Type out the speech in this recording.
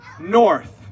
north